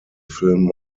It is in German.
filmen